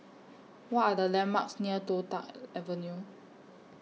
What Are The landmarks near Toh Tuck Avenue